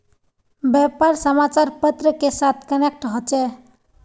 व्यापार समाचार पत्र के साथ कनेक्ट होचे?